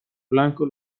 blanco